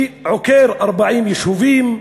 עוקר 40 יישובים,